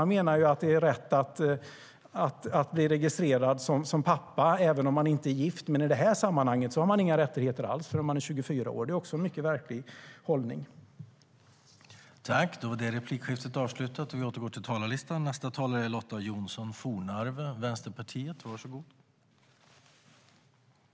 Han menar att det är rätt att bli registrerad som pappa även om man inte är gift, men i det här sammanhanget har man inga rättigheter alls förrän man är 24 år. Det är också en mycket märklig hållning.